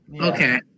Okay